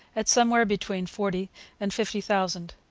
at somewhere between forty and fifty thousand.